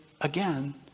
again